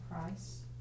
price